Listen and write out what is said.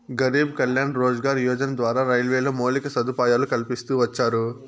గరీబ్ కళ్యాణ్ రోజ్గార్ యోజన ద్వారా రైల్వేలో మౌలిక సదుపాయాలు కల్పిస్తూ వచ్చారు